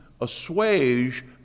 assuage